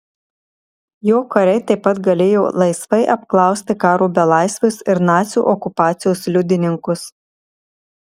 jo kariai taip pat galėjo laisvai apklausti karo belaisvius ir nacių okupacijos liudininkus